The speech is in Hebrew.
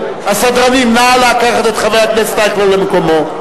הסדרנים, נא לקחת את חבר הכנסת אייכלר למקומו.